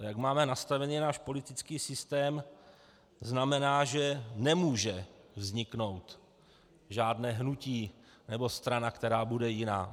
Jak máme nastaven náš politický systém, znamená, že nemůže vzniknout žádné hnutí nebo strana, která bude jiná.